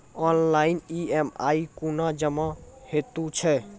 Online EMI कूना जमा हेतु छै?